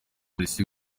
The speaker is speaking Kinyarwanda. polisi